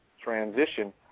transition